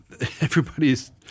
everybody's